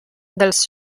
dels